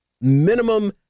Minimum